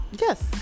Yes